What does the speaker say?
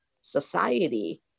society